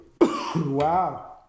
Wow